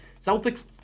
Celtics